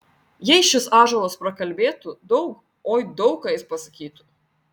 jei šis ąžuolas prakalbėtų daug oi daug ką jis pasakytų